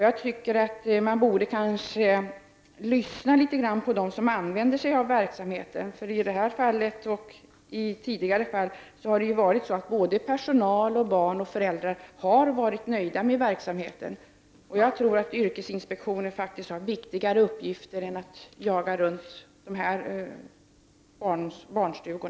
Jag anser att man kanske borde lyssna litet på dem som använder sig av verksamheten. I detta fall och i tidigare fall har personal, barn och föräldrar varit nöjda med verksamheten. Jag tror att yrkesinspektionen har viktigare uppgifter än att jaga dessa barnstugor.